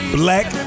black